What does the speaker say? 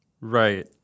Right